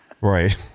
Right